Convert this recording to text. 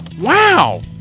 Wow